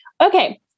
okay